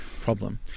problem